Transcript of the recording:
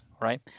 right